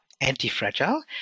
anti-fragile